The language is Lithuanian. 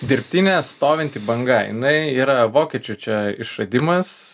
dirbtinė stovinti banga jinai yra vokiečių čia išradimas